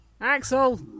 Axel